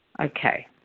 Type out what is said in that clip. Okay